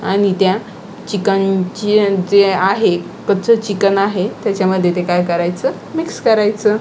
आणि त्या चिकनची आणि जे आहे कच्चं चिकन आहे त्याच्यामध्ये ते काय करायचं मिक्स करायचं